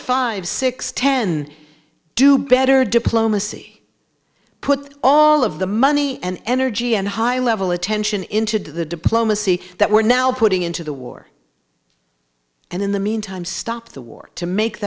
five six ten do better diplomacy put all of the money and energy and high level attention into the diplomacy that we're now putting into the war and in the meantime stop the war to make